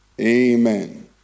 Amen